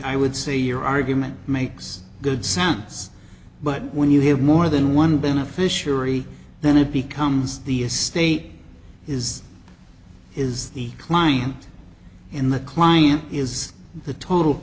i would say your argument makes good sense but when you have more than one beneficiary then it becomes the estate is is the client in the client is the total